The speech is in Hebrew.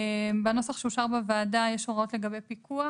בנוסח שאושר בוועדה יש הוראות לגבי פיקוח.